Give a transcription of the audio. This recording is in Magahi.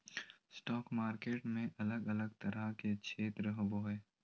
स्टॉक मार्केट में अलग अलग तरह के क्षेत्र होबो हइ